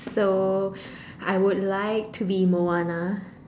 so I would like to be Moana